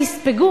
תספגו.